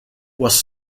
was